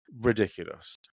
ridiculous